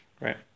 right